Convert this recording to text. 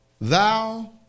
thou